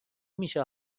میشه